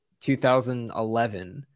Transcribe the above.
2011